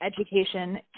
education